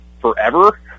forever